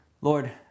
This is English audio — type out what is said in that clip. Lord